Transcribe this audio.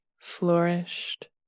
flourished